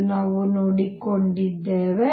ಎಂದು ನಾವು ಕಂಡುಕೊಂಡಿದ್ದೇವೆ